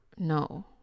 No